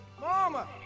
Mama